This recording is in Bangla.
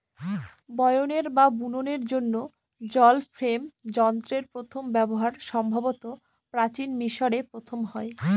বয়নের বা বুননের জন্য জল ফ্রেম যন্ত্রের প্রথম ব্যবহার সম্ভবত প্রাচীন মিশরে প্রথম হয়